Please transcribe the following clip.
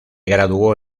graduó